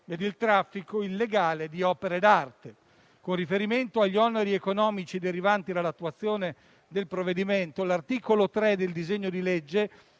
e il traffico illegale di opere d'arte. Con riferimento agli oneri economici derivanti dall'attuazione del provvedimento, l'articolo 3 del disegno di legge